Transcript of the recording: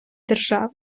держави